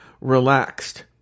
relaxed